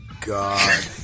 god